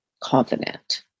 confident